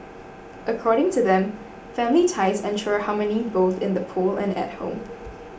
according to them family ties ensure harmony both in the pool and at home